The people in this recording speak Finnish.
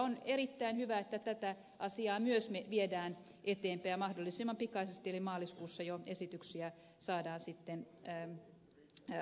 on erittäin hyvä että tätä asiaa myös viedään eteenpäin ja mahdollisimman pikaisesti eli maaliskuussa jo esityksiä saadaan sitten aikaan